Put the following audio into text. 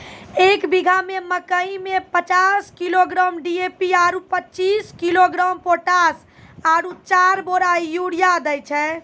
एक बीघा मे मकई मे पचास किलोग्राम डी.ए.पी आरु पचीस किलोग्राम पोटास आरु चार बोरा यूरिया दैय छैय?